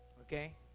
okay